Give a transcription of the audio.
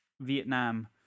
vietnam